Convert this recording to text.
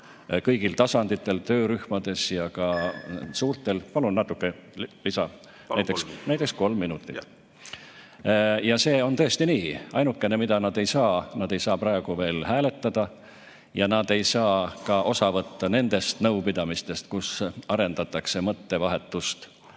kõigil tasanditel, töörühmades ja ka suurtel ... Palun natuke lisa, näiteks kolm minutit. Jah. Palun! Jah. Palun! Ja see on tõesti nii. Ainukene, mida nad ei saa – nad ei saa praegu veel hääletada ja nad ei saa ka osa võtta nendest nõupidamistest, kus arendatakse mõttevahetust